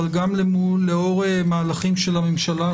אבל גם בשל מהלכים של הממשלה,